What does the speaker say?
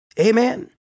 Amen